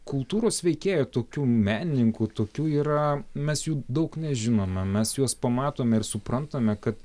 kultūros veikėjų tokių menininkų tokių yra mes jų daug nežinome mes juos pamatome ir suprantame kad